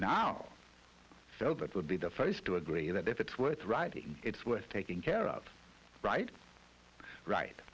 now so that would be the first to agree that if it's worth writing it's worth taking care of right right